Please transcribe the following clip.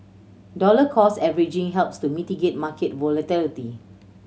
dollar cost averaging helps to mitigate market volatility